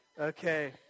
Okay